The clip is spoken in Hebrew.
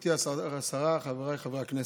גברתי השרה, חבריי חברי הכנסת,